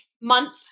Month